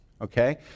okay